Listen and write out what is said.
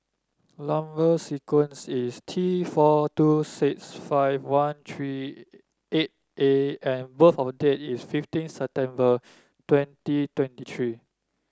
number sequence is T four two six five one three eight A and birth of date is fifteen September twenty twenty three